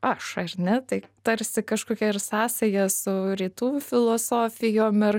aš ar ne tai tarsi kažkokia ir sąsaja su rytų filosofijom ir